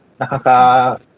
Nakaka